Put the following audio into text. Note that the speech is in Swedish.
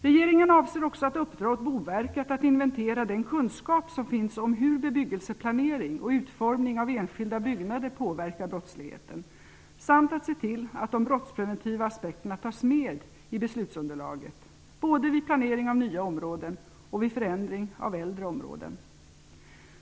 Regeringen avser också att uppdra åt Boverket att inventera den kunskap som finns om hur bebyggelseplanering och utformning av enskilda byggnader påverkar brottsligheten samt att se till att de brottspreventiva aspekterna tas med i beslutsunderlaget, både vid planering av nya områden och vid förändring av äldre områden.